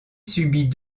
subit